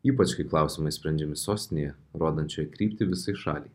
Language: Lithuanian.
ypač kai klausimai sprendžiami sostinėje rodančioj kryptį visai šaliai